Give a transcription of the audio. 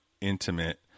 intimate